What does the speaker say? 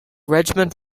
regiment